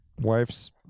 wife's